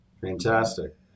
Fantastic